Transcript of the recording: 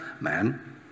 man